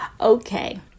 Okay